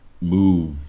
move